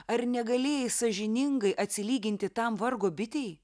ar negalėjai sąžiningai atsilyginti tam vargo bitei